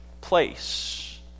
place